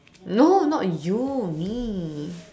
no not you me